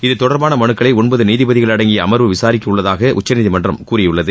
இதுதொடர்பாள மலுக்களை ஒன்பது நீதிபதிகள் அடங்கிய அம்வு விசாரிக்க உள்ளதாக உச்சநீதிமன்றம் கூறியுள்ளது